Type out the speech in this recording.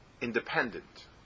independent